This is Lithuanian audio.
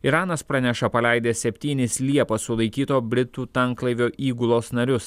iranas praneša paleidęs septynis liepą sulaikyto britų tanklaivio įgulos narius